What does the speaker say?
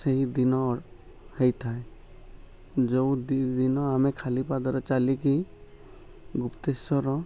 ସେହିଦିନ ହେଇଥାଏ ଯେଉଁ ଦିନ ଆମେ ଖାଲି ପାଦରେ ଚାଲିକି ଗୁପ୍ତେଶ୍ୱର